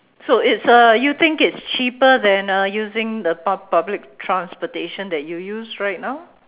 so it's a you think it's cheaper than uh using the pub~ public transportation that you use right now